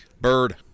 Bird